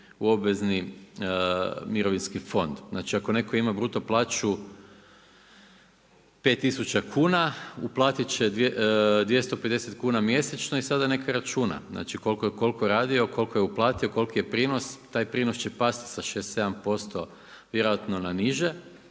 u obvezni mirovinski fond. Znači ako netko ima bruto plaću 5000 kuna, uplatiti će 250 kuna mjesečno i sada neka računa, koliko je radio, koliko je uplatio, koliko je prinos, taj prinos će pasti sa 6,7% vjerojatno na niže,